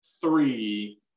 three